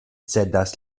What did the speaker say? cedas